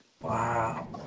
Wow